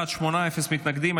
בעד, שמונה, אפס מתנגדים.